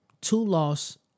two-loss